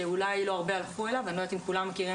שאולי לא הרבה הלכו אליו - אני לא יודעת אם כולם מכירים